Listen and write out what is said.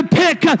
pick